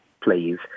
please